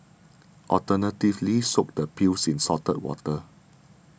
alternatively soak the peels in salted water